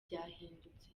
byahindutse